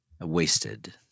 wasted